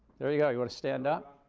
there you go. you want to stand up?